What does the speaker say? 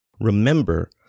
Remember